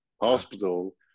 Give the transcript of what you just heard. hospital